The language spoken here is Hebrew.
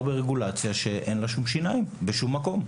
ברגולציה שאין לה שום שיניים בשום מקום.